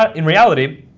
ah in reality,